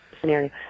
scenario